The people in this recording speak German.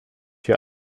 hier